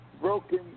broken